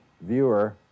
viewer